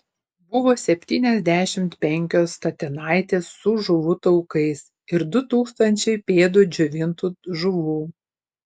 buvo septyniasdešimt penkios statinaitės su žuvų taukais ir du tūkstančiai pūdų džiovintų žuvų